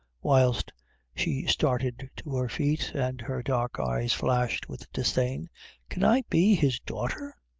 whilst she started to her feet, and her dark eyes flashed with disdain can i be his daughter?